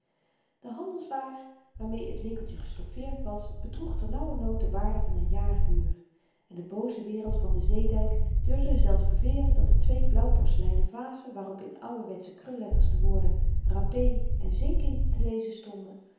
de handelswaar waarmee t winkeltje gestoffeerd was bedroeg ter nauwernood de waarde van n jaar huur en de booze wereld van den zeedyk durfde zelfs beweren dat de twee blauw porceleinen vazen waarop in ouwerwetsche krulletters de woorden rappee en zinking te lezen stonden